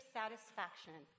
satisfaction